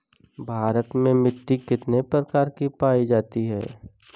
भारत में मिट्टी कितने प्रकार की पाई जाती हैं?